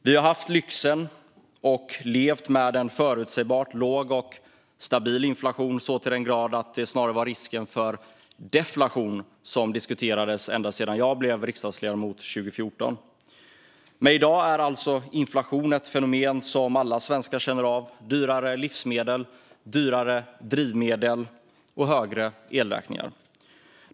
Vi har haft lyxen att leva med en förutsägbart låg och stabil inflation så till den grad att det snarare har varit risken för deflation som har diskuterats ända sedan jag blev riksdagsledamot 2014. Men i dag är inflation ett fenomen som alla svenskar känner av. Vi har dyrare livsmedel, dyrare drivmedel och högre elräkningar.